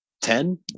Ten